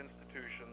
institutions